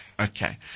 Okay